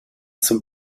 zum